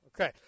Okay